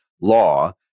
law